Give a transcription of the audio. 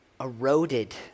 eroded